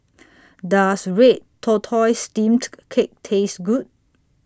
Does Red Tortoise Steamed Cake Taste Good